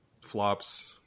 flops